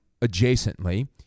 adjacently